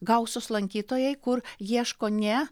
gausūs lankytojai kur ieško ne